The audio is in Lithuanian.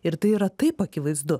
ir tai yra taip akivaizdu